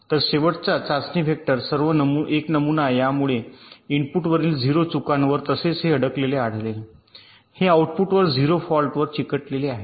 तर शेवटचा चाचणी वेक्टर सर्व 1 नमुना यामुळे इनपुटवरील 0 चुकांवर तसेच हे अडकलेले आढळेल हे आऊटपुटवर 0 फॉल्टवर चिकटलेले आहे